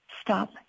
stop